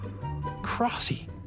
Crossy